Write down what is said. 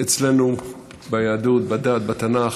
אצלנו ביהדות, בדת, בתנ"ך,